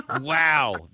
Wow